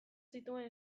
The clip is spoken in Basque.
zituen